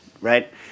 Right